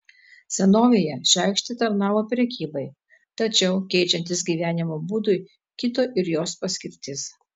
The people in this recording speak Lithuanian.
senovėje ši aikštė tarnavo prekybai tačiau keičiantis gyvenimo būdui kito ir jos paskirtis